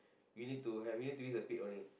you need to have you need to use the pit only